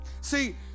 see